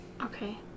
Okay